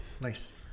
nice